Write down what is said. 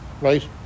right